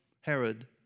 Herod